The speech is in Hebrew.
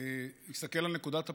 שיסתכל על נקודת הפתיחה,